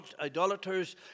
idolaters